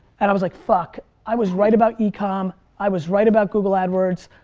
and i was like fuck, i was right about yeah e-com, i was right about google adwords,